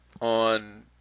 on